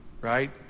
right